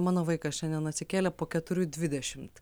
mano vaikas šiandien atsikėlė po keturių dvidešimt